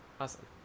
Awesome